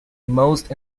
most